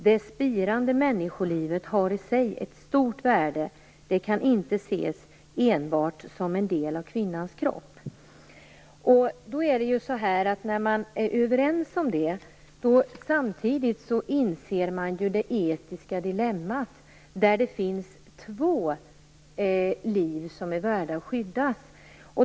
Det spirande människolivet har i sig ett stort värde. Det kan inte ses enbart som en del av kvinnans kropp. Man är överens om det. Samtidigt inser man det etiska dilemmat när det finns två liv som är värda att skyddas.